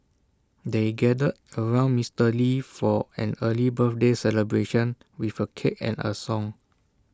they gathered around Mister lee for an early birthday celebration with A cake and A song